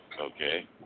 okay